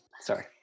Sorry